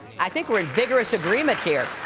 i think we're in vigorous agreement here.